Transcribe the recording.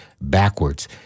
backwards